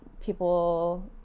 people